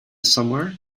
somewhere